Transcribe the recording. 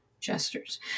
gestures